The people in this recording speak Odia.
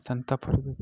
ଶାନ୍ତ ପରିବେଶ